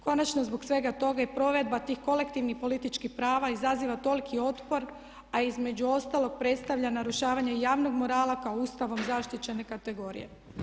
Konačno zbog svega toga i provedba tih kolektivnih političkih prava izaziva toliki otpor a između ostalog predstavlja narušavanje javnog morala kao Ustavom zaštićene kategorije.